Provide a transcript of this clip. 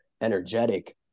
energetic